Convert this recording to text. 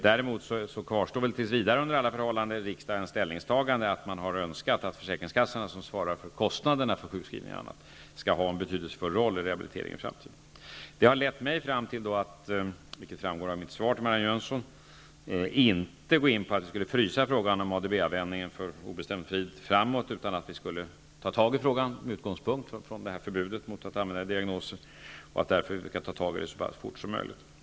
Däremot kvarstår under alla förhållanden tills vidare riksdagens ställningstagande, dvs. önskan att försäkringskassorna, som ju svarar för kostnaderna för sjukskrivningarna, i framtiden skall ha en betydelsefull roll när det gäller rehabiliteringen. Det har lett mig, vilket framgår av mitt svar till Marianne Jönsson, fram till uppfattningen att inte gå in på en frysning i fråga om ADB-användningen på obestämd tid. I stället skall vi ta tag i frågan med utgångspunkt i förbudet mot att använda diagnoser. Vi skall försöka göra det så fort som möjligt.